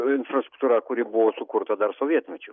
infrastruktūra kuri buvo sukurta dar sovietmečiu